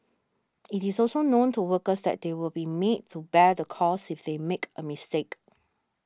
it is also known to workers that they will be made to bear the cost if they make a mistake